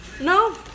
No